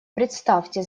представьте